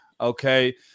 okay